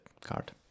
card